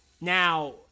Now